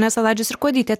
ne saladžius ir kuodytė